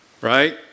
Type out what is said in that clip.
Right